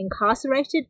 incarcerated